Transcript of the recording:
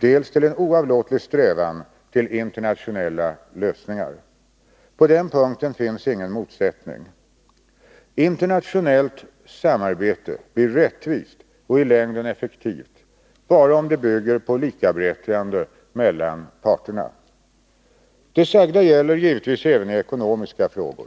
dels till en oavlåtlig strävan till internationella Nr 62 lösningar. På den punkten finns ingen motsättning. Internationellt samarbe Tisdagen den te blir rättvist och i längden effektivt bara om det bygger på likaberättigande 18 januari 1983 mellan parterna. Det sagda gäller givetvis även i ekonomiska frågor.